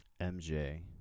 MJ